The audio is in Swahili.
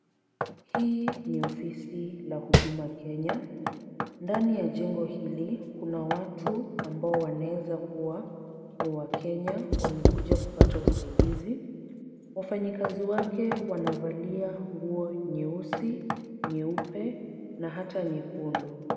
Hii ni ofisi la Huduma Kenya. Ndani ya jengo hili, kuna watu ambao wanaeza kuwa ni wakenya, wamekuja kupata usaidizi. Wafanyikazi wake wanavalia nguo nyeusi, nyeupe na hata nyekundu.